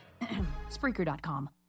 Spreaker.com